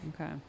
Okay